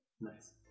Nice